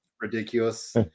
ridiculous